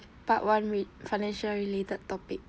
part one re~ financial related topic